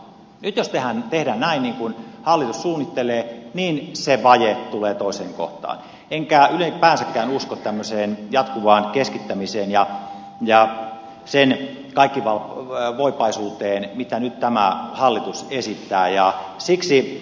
nyt jos tehdään näin niin kuin hallitus suunnittelee niin se vaje tulee toiseen kohtaan enkä ylipäänsäkään usko tämmöiseen jatkuvaan keskittämiseen mitä nyt tämä hallitus esittää ja sen kaikkivoipaisuuteen